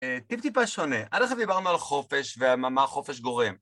טיפ טיפה שונה. עד עכשיו דיברנו על חופש, ומה חופש גורם.